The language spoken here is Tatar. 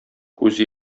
күз